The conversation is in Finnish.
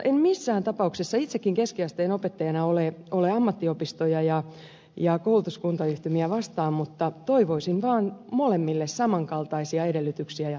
en missään tapauksessa itsekin keskiasteen opettajana ole ammattiopistoja ja koulutuskuntayhtymiä vastaan mutta toivoisin vaan molemmille samankaltaisia edellytyksiä ja